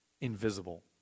invisible